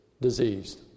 diseased